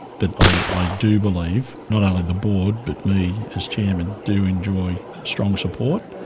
but i do believe not only the board but me as chairman do enjoy strong support,